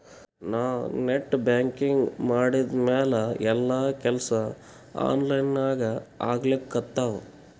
ನಾ net banking ಮಾಡಿದ್ಮ್ಯಾಲ ಎಲ್ಲಾ ಕೆಲ್ಸಾ ಆನ್ಲೈನಾಗೇ ಆಗ್ಲಿಕತ್ತಾವ